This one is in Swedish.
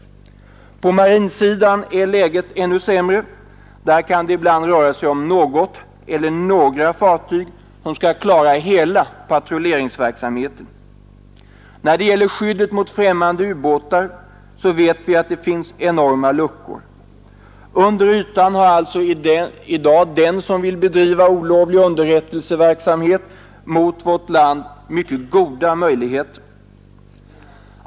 På marinsidan är läget ännu sämre. Där kan det ibland röra sig om något eller några fartyg som skall klara av hela patrulleringsverksamheten. När det gäller skyddet mot främmande ubåtar vet vi att det finns enorma luckor. Under ytan har alltså den som vill bedriva olovlig underrättelseverksamhet mot vårt land i dag mycket goda möjligheter därtill.